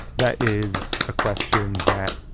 that is a question that